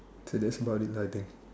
so that's about it lah I think